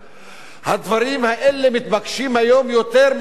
הדברים האלה מתבקשים היום יותר מאשר אי-פעם.